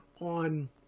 on